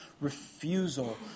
refusal